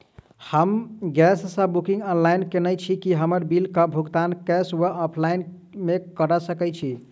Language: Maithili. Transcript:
हम गैस कऽ बुकिंग ऑनलाइन केने छी, की हम बिल कऽ भुगतान कैश वा ऑफलाइन मे कऽ सकय छी?